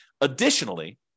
Additionally